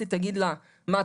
שהעו"סית תגיד לה 'מה,